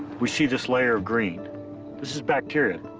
we see this layer of green this is bacteria.